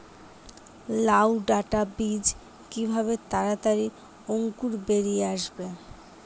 লাউ ডাটা বীজ কিভাবে তাড়াতাড়ি অঙ্কুর বেরিয়ে আসবে?